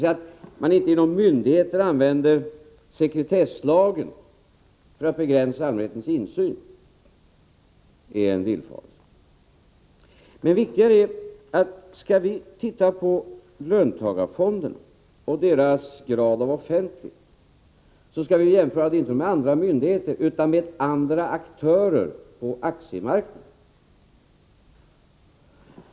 Uppfattningen att man inte inom myndigheter använder sekretesslagen för att begränsa allmänhetens insyn är således en villfarelse. Men viktigare är att vi, om vi skall göra jämförelser, inte skall jämföra löntagarfonderna med myndigheter utan med andra aktörer på aktiemarknaden.